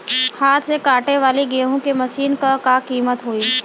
हाथ से कांटेवाली गेहूँ के मशीन क का कीमत होई?